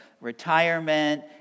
retirement